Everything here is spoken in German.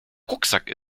rucksack